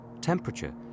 temperature